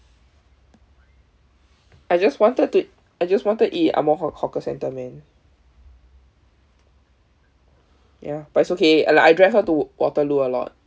I just wanted to I just wanted to eat in ang moh hawker centre man ya but it's okay like I drive her to waterloo a lot